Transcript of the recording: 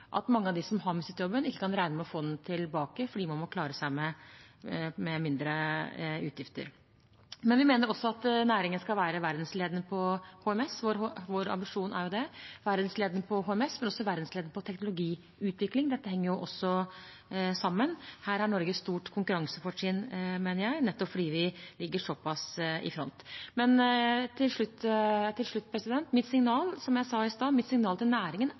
at mange av dem som har mistet jobben, ikke kan regne med å få den tilbake fordi man må klare seg med mindre utgifter. Men vi mener også at næringen skal være verdensledende på HMS. Det er vår ambisjon å være verdensledende på HMS, men også verdensledende på teknologiutvikling. Dette henger også sammen. Her har Norge et stort konkurransefortrinn, mener jeg, nettopp fordi vi ligger såpass i front. Men til slutt, og som jeg sa i stad, er mitt signal til næringen